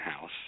house